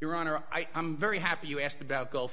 your honor i'm very happy you asked about gulf